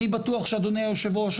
אני בטוח שאדוני יושב הראש,